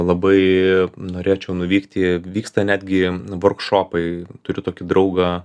labai norėčiau nuvykti vyksta netgi vorkšopai turiu tokį draugą